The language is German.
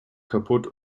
kaputt